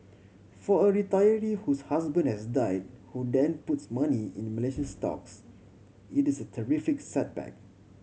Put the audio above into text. for a retiree whose husband has died who then puts money in Malaysian stocks it is a terrific setback